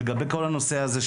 לגבי כל הנושא הזה,